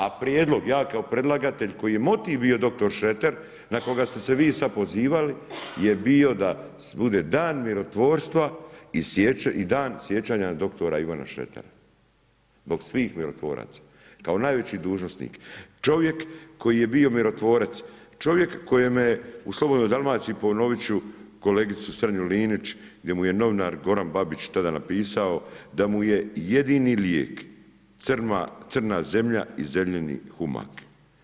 A prijedlog, ja kao predlagatelj čiji je motiv bio dr. Šreter, na koga ste se vi sada pozivali, je bio da bude dan mirotvorstva i dan sjećanja na dr. Ivana Šretera zbog svih mirotvoraca, kao najveći dužnosnik, čovjek koji je bio mirotvorac, čovjek kojemu je u Slobodnoj Dalmaciji, ponoviti ću kolegicu Strenju-Linić gdje mu je novinar Goran Babić tada napisao da mu je jedini lijek crna zemlja i zemljini humak.